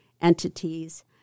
entities